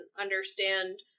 understand